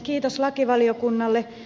kiitos lakivaliokunnalle